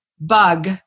bug